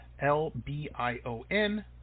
L-B-I-O-N